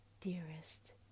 Dearest